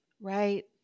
Right